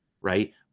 right